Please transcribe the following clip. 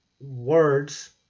words